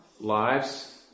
lives